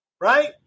right